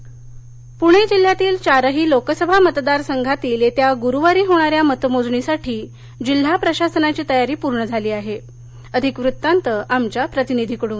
लोकसभा मतदान मतमोजणी प्ण जिल्ह्यातील चारही लोकसभा मतदार संघातील यख्या गुरुवारी होणाऱ्या मतमोजणीसाठी जिल्हा प्रशासनाची तयारी पूर्ण झाली आह अधिक वृत्तांत आमच्या प्रतिनिधीकडून